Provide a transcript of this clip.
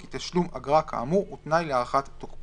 כי תשלום אגרה כאמור הוא תנאי להארכת תוקפו".